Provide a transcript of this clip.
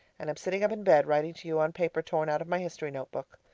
and am sitting up in bed writing to you on paper torn out of my history note-book.